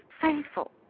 faithful